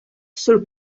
sur